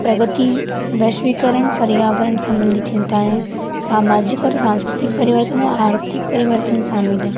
प्रगति वैश्वीकरण पर्यावरण संबंधी चिंताएं सामाजिक और सांस्कृतिक परिवर्तन और आर्थिक परिवर्तन शामिल हैं